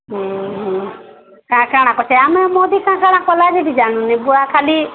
ଉଁ ହୁଁ କା କାଣା ବତେୟାନା ମୋଦୀ କାଁ କଲା କଲା କିଛି ଜାଣୁନି ଖାଲି